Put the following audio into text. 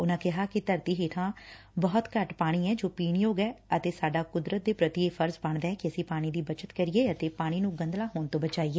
ਉਨਾਂ ਕਿਹਾ ਕਿ ਧਰਤੀ ਹੇਠਲਾ ਬਹੁਤ ਘੱਟ ਪਾਣੀ ਏ ਜੋ ਪੀਣ ਯੋਗ ਏ ਅਤੇ ਸਾਡਾ ਕੁਦਰਤ ਦੇ ਪੁਤੀ ਇਹ ਫਰਜ ਬਣਦਾ ਏ ਕਿ ਅਸੀਂ ਪਾਣੀ ਦੀ ਬੱਚਤ ਕਰੀਏ ਅਤੇ ਪਾਣੀ ਨੂੰ ਗੰਦਲਾ ਹੋਣ ਤੋਂ ਬਚਾਈਏ